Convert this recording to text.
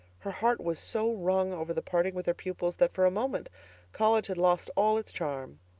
her heart was so wrung over the parting with her pupils that for a moment college had lost all its charm.